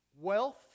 wealth